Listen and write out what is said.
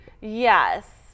Yes